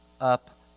up